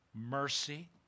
mercy